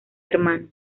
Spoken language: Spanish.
hermanos